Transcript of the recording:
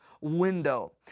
window